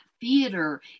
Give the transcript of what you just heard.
theater